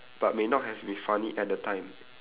but may not have been funny at the time